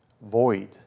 void